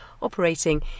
operating